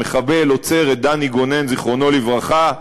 המחבל עוצר את דני גונן, זיכרונו לברכה,